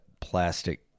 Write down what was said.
plastic